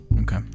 Okay